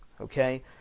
okay